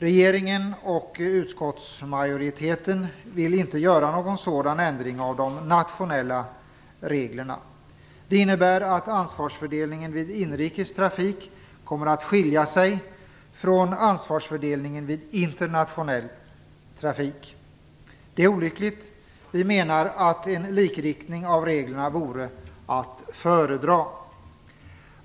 Regeringen och utskottsmajoriteten vill inte göra någon sådan ändring av de nationella reglerna. Det innebär att ansvarsfördelningen vid inrikes trafik kommer att skilja sig från ansvarsfördelningen vid internationell trafik. Det är olyckligt. Vi menar att en likriktning av reglerna vore att föredra.